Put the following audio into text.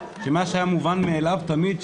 שמה שהיה מובן מאליו תמיד,